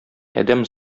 адәм